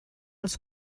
els